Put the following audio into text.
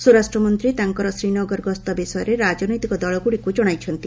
ସ୍ୱରାଷ୍ଟ୍ରମନ୍ତ୍ରୀ ତାଙ୍କର ଶ୍ରୀନଗର ଗସ୍ତ ବିଷୟରେ ରାଜନୈତିକ ଦଳଗୁଡ଼ିକୁ ଜଣାଇଛନ୍ତି